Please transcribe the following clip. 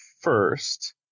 first